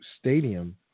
stadium